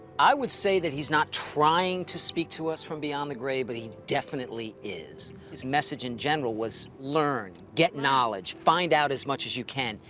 i would say that he's not trying to speak to us from beyond the grave, but he definitely is. his message, in general, was learn, get knowledge, find out as much as you can.